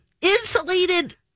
insulated